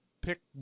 pick